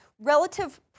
Relative